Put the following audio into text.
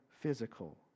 physical